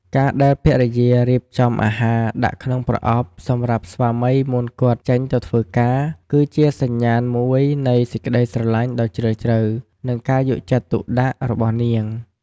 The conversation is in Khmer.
ការដែលភរិយារៀបចំអាហារដាក់ក្នុងប្រអប់សម្រាប់ស្វាមីមុនគាត់ចេញទៅធ្វើការ គឺជាសញ្ញាណមួយនៃសេចក្ដីស្រឡាញ់ដ៏ជ្រាលជ្រៅ និងការយកចិត្តទុកដាក់របស់នាង។